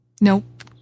Nope